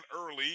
early